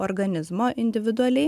organizmo individualiai